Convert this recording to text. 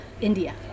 India